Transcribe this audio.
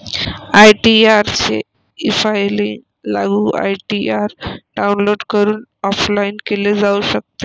ITR चे e filing लागू ITR download करून ऑफलाइन केले जाऊ शकते